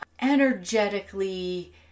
energetically